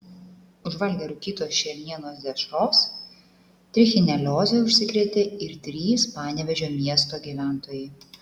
užvalgę rūkytos šernienos dešros trichinelioze užsikrėtė ir trys panevėžio miesto gyventojai